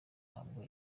ntabwo